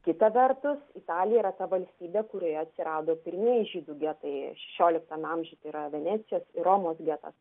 kita vertus italija yra ta valstybė kurioje atsirado pirmieji žydų getai šešioliktame amžiuje tai yra venecijos ir romos getas